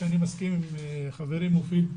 ובזה אני מסכים עם חברי מופיד,